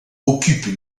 occupent